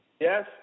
Yes